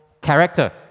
character